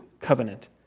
covenant